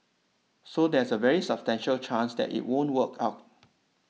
so there's a very substantial chance that it won't work out